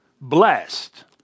Blessed